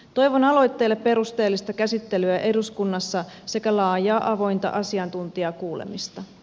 toivon aloitteelle perusteellista käsittelyä eduskunnassa sekä laajaa avointa asiantuntijakuulemista